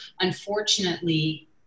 unfortunately